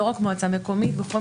לא רק מועצה מקומית,